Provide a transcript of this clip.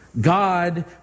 God